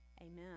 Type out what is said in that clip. Amen